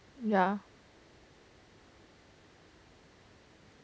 yeah